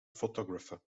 photographer